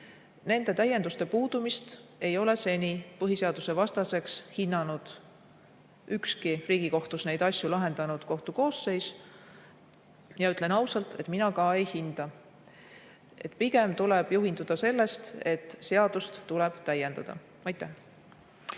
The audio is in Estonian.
Nende täienduste puudumist ei ole seni põhiseadusevastaseks hinnanud ükski Riigikohtus neid asju lahendanud kohtukoosseis. Ja ütlen ausalt, et mina ka ei hinda. Pigem tuleb juhinduda sellest, et seadust tuleb täiendada. Siim